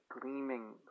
gleaming